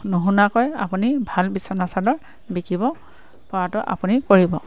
নুশুনাকৈ আপুনি ভাল বিছনাচাদৰ বিকিব পৰাটো আপুনি কৰিব